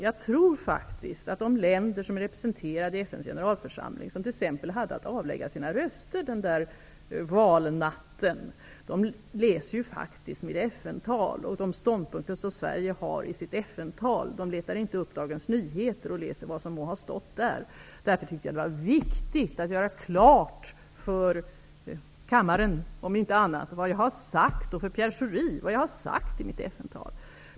Jag tror faktiskt att de länder som är representerade i FN:s generalförsamling och som hade att avlägga sinna röster på valnatten, läser mina FN-tal och de ståndpunkter som Sverige har där. De letar inte upp Dagens Nyheter och läser vad som må ha stått där. Därför tyckte jag att det var viktigt att göra klart för kammaren och för Pierre Schori vad jag har sagt i mitt FN-tal.